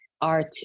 art